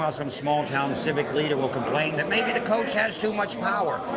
um some small-town civic leader will complain that maybe the coach has too much power,